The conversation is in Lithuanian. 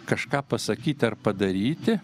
kažką pasakyti ar padaryti